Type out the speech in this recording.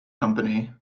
company